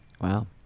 Wow